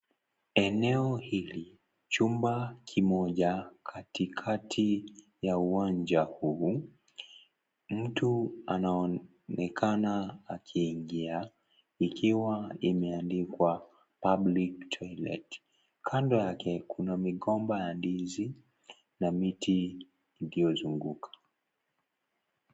Eneo hili chumba kimoja katikati ya uwanja huu mtu anaonekana akiingia ikiwa imeandikwa"public toilet" kando yake kuna migomba ya ndizi na miti iliyozunguka.